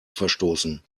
verstoßen